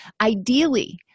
Ideally